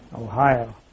Ohio